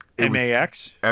max